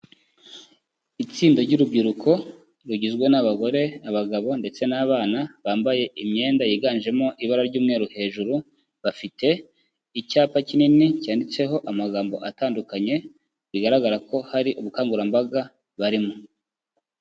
Itsinda ry'urubyiruko rugizwe n'abagore, abagabo ndetse n'abana bambaye imyenda yiganjemo ibara ry'umweru hejuru, bafite icyapa kinini cyanditseho amagambo atandukanye bigaragara ko hari ubukangurambaga barimo.